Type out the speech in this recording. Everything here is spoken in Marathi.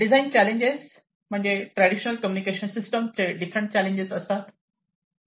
design challenges traditional communication system चे डिफरंट चॅलेंजेस असतात